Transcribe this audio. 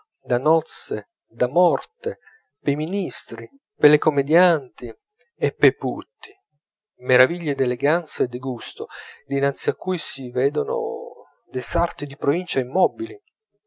da nozze da morte pei ministri per le commedianti e pei putti meraviglie d'eleganza e di gusto dinanzi a cui si vedono dei sarti di provincia immobili